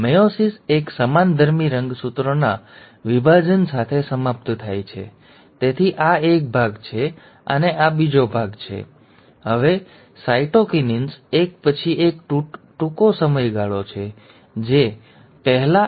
તેથી મેયોસિસ એક સમાનધર્મી રંગસૂત્રોના વિભાજન સાથે સમાપ્ત થાય છે તેથી આ એક ભાગ છે આ બીજો ભાગ છે તેથી આ એક હોમોલોગ છે આ બીજો હોમોલોગ છે અને તમને ફરીથી ધ્યાનમાં રાખો આમાંના દરેક હોમોલોગ ક્રોસ ઓવરને કારણે તેમની પ્રારંભિક સામગ્રીથી સહેજ અલગ છે